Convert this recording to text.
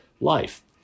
life